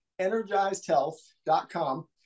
EnergizedHealth.com